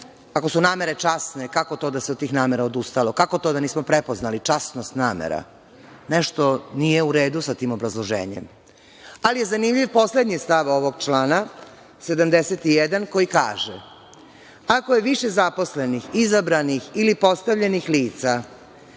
Ako su namere časne, kako to da se od tih namera odustalo? Kako to da nismo prepoznali časnost namera? Nešto nije u redu sa tim obrazloženjem. Ali, zanimljiv je poslednji stav ovog člana 71, koji kaže – ako je više zaposlenih, izabranih ili postavljenih lica